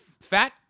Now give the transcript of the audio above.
fat